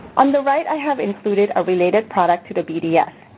on the right i have included a related product to the bds,